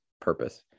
purpose